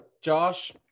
Josh